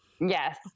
yes